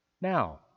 now